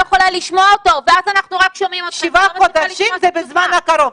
7 חודשים זה בזמן הקרוב?